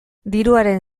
diruaren